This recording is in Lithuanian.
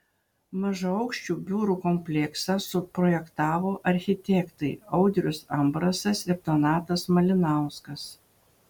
mažaaukščių biurų kompleksą suprojektavo architektai audrius ambrasas ir donatas malinauskas